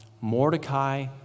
Mordecai